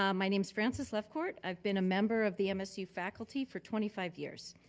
um my name is francis leftcourt. i've been a member of the msu faculty for twenty five years.